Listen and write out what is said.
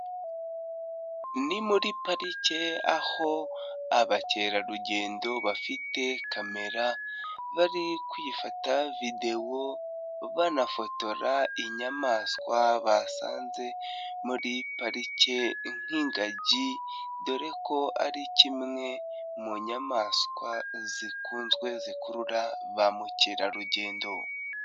Ni muri parike, aho abakerarugendo bafite kamera, bari kwifata videwo banafotora inyamaswa basanze muri parike nk'ingagi, dore ko ari kimwe mu nyamaswa zikunzwe zikurura ba mukerarugendo.